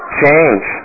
change